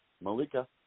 Malika